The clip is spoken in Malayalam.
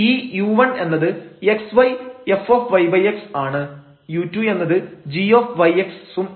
u2 എന്നത് g yx ഉം ആണ്